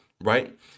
right